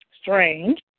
strange